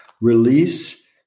release